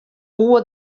woe